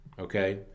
okay